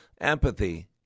Empathy